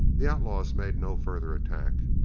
the outlaws made no further attack.